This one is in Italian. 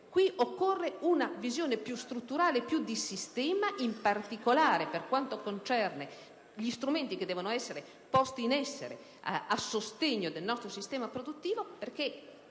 caso occorre una visione più strutturale, più di sistema, in particolare per quanto concerne gli strumenti che devono essere posti in essere a sostegno del nostro sistema produttivo, perché